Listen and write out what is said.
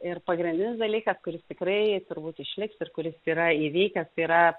ir pagrindinis dalykas kuris tikrai turbūt išliks ir kuris yra įvykęs tai yra